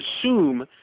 assume